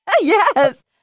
Yes